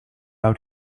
out